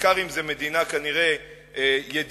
בעיקר אם זו מדינה כנראה ידידותית,